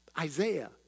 Isaiah